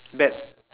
bet